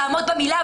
תעמוד במילה.